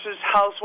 housewives